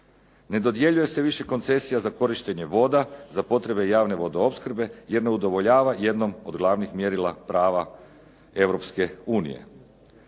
Ne dodjeljuje se više koncesija za korištenje voda za potrebe javne vodoopskrbe jer ne udovoljava jednom od glavnih mjerila prava